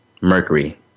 Mercury